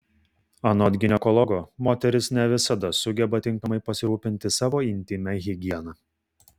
anot ginekologo moterys ne visada sugeba tinkamai pasirūpinti savo intymia higiena